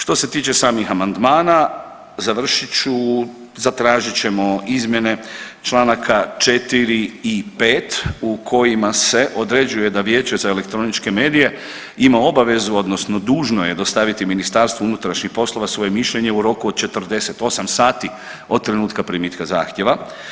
Što se tiče samih amandmana, završit ću, zatražit ćemo izmjene čl. 4 i 5 u kojima se određuje da Vijeće za elektroničke medije ima obavezu odnosno dužno je dostaviti Ministarstvu unutrašnjih poslova svoje mišljenje u roku od 48 sati od trenutka primitka zahtjeva.